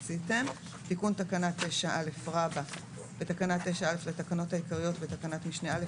תיקון תקנה 9א 4. בתקנה 9א לתקנות העיקריות בתקנת משנה (א),